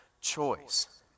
choice